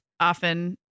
often